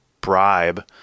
bribe